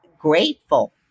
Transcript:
grateful